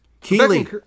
Keely